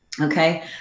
okay